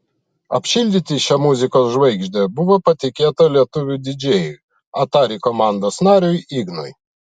apšildyti šią muzikos žvaigždę buvo patikėta lietuviui didžėjui atari komandos nariui ignui